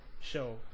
show